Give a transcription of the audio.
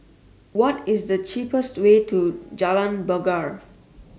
What IS The cheapest Way to Jalan Bungar